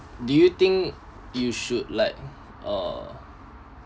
do you think you should like uh